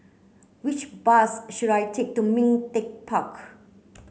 which bus should I take to Ming Teck Park